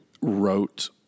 wrote